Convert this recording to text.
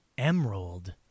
Emerald